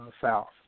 South